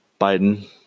Biden